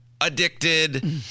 addicted